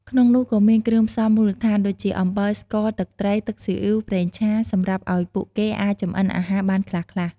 ក្នុងនោះក៏មានគ្រឿងផ្សំមូលដ្ឋាន ដូចជា អំបិល ស្ករ ទឹកត្រី ទឹកស៊ីអុីវ ប្រេងឆា សម្រាប់ឱ្យពួកគេអាចចម្អិនអាហារបានខ្លះៗ។